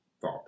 thought